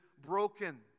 broken